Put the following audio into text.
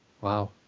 Wow